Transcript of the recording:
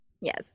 yes